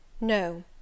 No